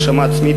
הגשמה עצמית,